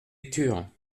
lecture